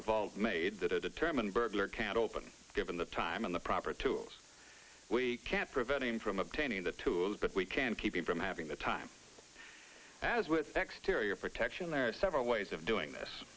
of all made that a determined burglar can't open given the time in the proper tools we can't prevent him from obtaining the tools but we can keep him from having the time as with exterior protection there are several ways of doing this